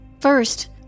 First